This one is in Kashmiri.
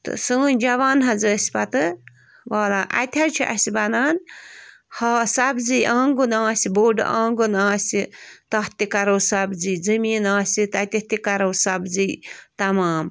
تہٕ سٲنۍ جوان حظ ٲسۍ پَتہٕ والان اَتہِ حظ چھِ اَسہِ بنان ہا سبزی آنٛگُن آسہِ بوٚڑ آنٛگُن آسہِ تَتھ تہِ کَرو سبزی زٔمیٖن آسہِ تَتٮ۪تھ تہِ کَرو سبزی تمام